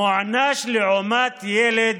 מוענש, לעומת ילד